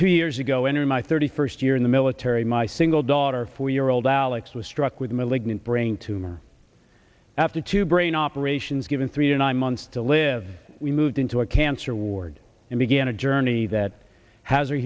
two years ago in my thirty first year in the military my single daughter four year old alex was struck with a malignant brain tumor after two brain operations given three to nine months to live we moved into a cancer ward and began a journey that has are